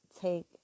take